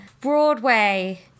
Broadway